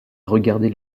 regarder